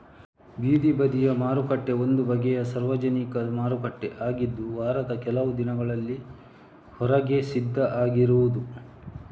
ಬೀದಿ ಬದಿಯ ಮಾರುಕಟ್ಟೆ ಒಂದು ಬಗೆಯ ಸಾರ್ವಜನಿಕ ಮಾರುಕಟ್ಟೆ ಆಗಿದ್ದು ವಾರದ ಕೆಲವು ದಿನಗಳಲ್ಲಿ ಹೊರಗೆ ಸಿದ್ಧ ಆಗಿರುದು